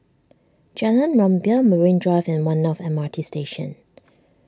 Jalan Rumbia Marine Drive and one North M R T Station